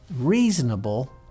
reasonable